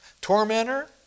Tormentor